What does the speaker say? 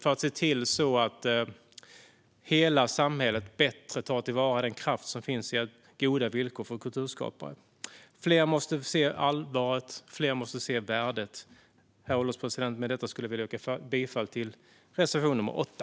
Det handlar om att se till att hela samhället bättre tar till vara den kraft som finns i goda villkor för kulturskapare. Fler måste se allvaret och värdet. Herr ålderspresident! Med detta vill jag yrka bifall till reservation nr 8.